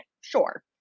sure